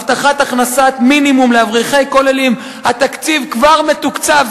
הבטחת הכנסת מינימום לאברכי כוללים, כבר מתוקצב.